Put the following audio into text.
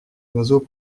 oiseaux